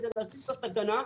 כדי להסיר את הסכנה,